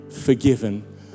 forgiven